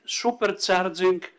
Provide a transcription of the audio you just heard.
supercharging